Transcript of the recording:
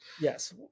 yes